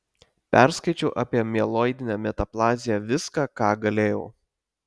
perskaičiau apie mieloidinę metaplaziją viską ką galėjau